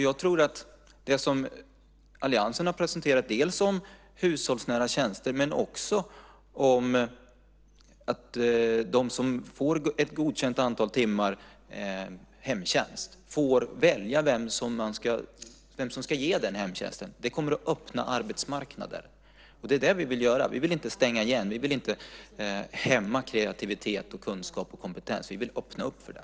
Jag tror att det som alliansen har presenterat, dels om hushållsnära tjänster, dels om att de som får ett godkänt antal timmar hemtjänst får välja vem som ska ge hemtjänsten, kommer att öppna arbetsmarknader. Det är det vi vill göra. Vi vill inte stänga igen. Vi vill inte hämma kreativitet, kunskap och kompetens. Vi vill öppna upp för det.